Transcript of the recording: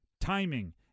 timing